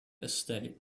estate